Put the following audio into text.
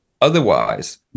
otherwise